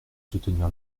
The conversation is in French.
soutenir